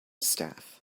staff